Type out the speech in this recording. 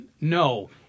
No